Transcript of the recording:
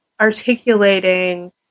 articulating